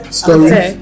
stories